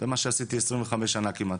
זה מה שעשיתי עשרים וחמש שנה כמעט.